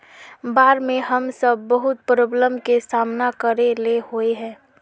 बाढ में हम सब बहुत प्रॉब्लम के सामना करे ले होय है?